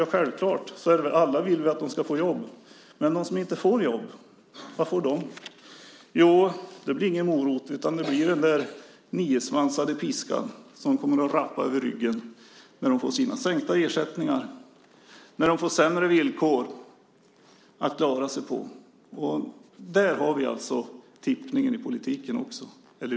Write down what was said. Ja, självklart - alla vill väl att de ska få jobb. Men de som inte får jobb, vad får de? Jo, det blir ingen morot utan det blir den niosvansade piskan, som kommer att rappa över ryggen när de får sina sänkta ersättningar, när de får sämre villkor att klara sig på. Där har vi alltså vickningen i politiken.